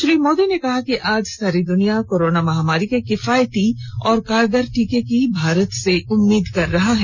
श्री मोदी ने कहा कि आज सारी दुनिया कोरोना महामारी के किफायती और कारगर टीके की भारत से उम्मीद कर रहा है